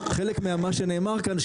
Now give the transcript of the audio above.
חלק ממה שנאמר כאן,